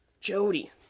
Jody